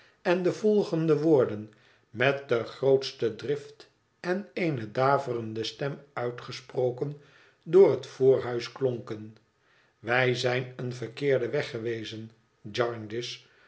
en de volgende woorden met de grootste drift en eene daverende stem uitgesproken door het voorhuis klonken wij zijn een verkeerden weg gewezen